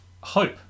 hope